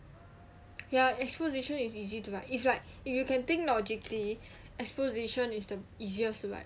ya exposition is easy to write it's like if you can think logically exposition is the easiest to write